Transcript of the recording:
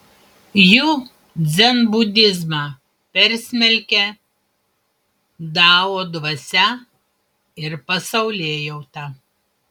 jų dzenbudizmą persmelkia dao dvasia ir pasaulėjauta